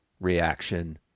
reaction